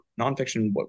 nonfiction